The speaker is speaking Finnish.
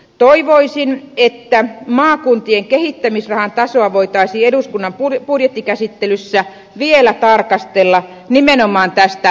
toivoisin että maakuntien kehittämisrahan tasoa voitaisiin eduskunnan budjettikäsittelyssä vielä tarkastella nimenomaan tästä vaikuttavuusnäkökulmasta